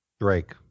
Drake